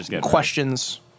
questions